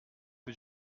que